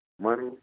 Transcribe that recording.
money